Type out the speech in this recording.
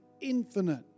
infinite